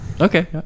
Okay